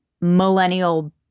millennial